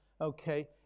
okay